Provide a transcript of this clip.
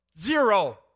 Zero